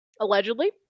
Allegedly